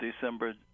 December